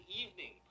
evening